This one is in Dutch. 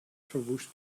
verwoest